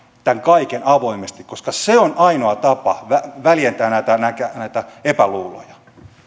tämän kaiken avoimesti koska se on ainoa tapa väljentää näitä epäluuloja